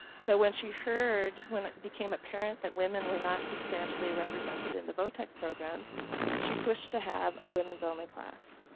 so when she heard when it became apparent that women were not substantially represented in the voctec programs she pushed to have a women's only class.